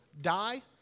die